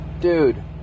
dude